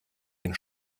den